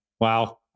Wow